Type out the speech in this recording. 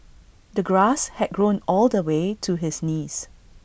the grass had grown all the way to his knees